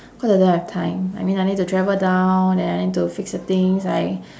cause I don't have time I mean I need to travel down then I need to fix the things I